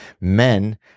Men